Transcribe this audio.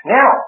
Now